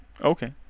Okay